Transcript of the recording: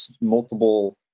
multiple